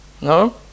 No